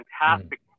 fantastic